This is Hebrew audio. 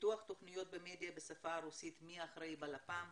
פיתוח תוכניות במדיה בשפה הרוסית, מי אחראי בלפ"מ,